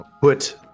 Put